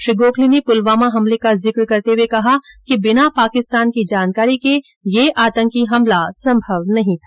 श्री गोखले ने पुलवामा हमले का जिक करते हुए कहा कि बिना पाकिस्तान की जानकारी के ये आतंकी हमला संभव नहीं था